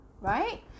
right